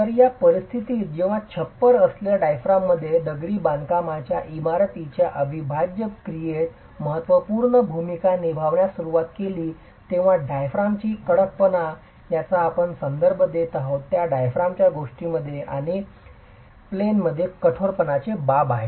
तर या परिस्थितीत जेव्हा छप्पर असलेल्या डाईफ्रामने दगडी बांधकामाच्या इमारतीच्या अविभाज्य क्रियेत महत्त्वपूर्ण भूमिका निभावण्यास सुरुवात केली तेव्हा डायाफ्रामची कडकपणा ज्याचा आपण संदर्भ देत आहोत त्या डायफ्रामच्या गोष्टींमध्ये आणि प्लेन मध्ये कठोरपणाची बाब आहे